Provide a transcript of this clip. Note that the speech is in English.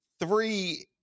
three